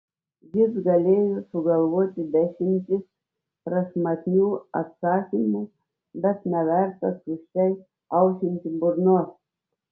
jis galėjo sugalvoti dešimtis prašmatnių atsakymų bet neverta tuščiai aušinti burnos